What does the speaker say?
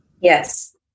Yes